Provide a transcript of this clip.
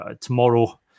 tomorrow